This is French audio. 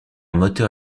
moteur